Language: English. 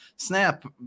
Snap